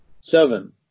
Seven